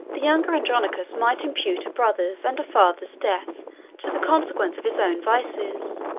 the younger andronicus might impute a brother's and a father's death to the consequence of his own vices